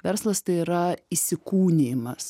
verslas tai yra įsikūnijimas